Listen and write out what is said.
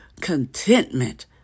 contentment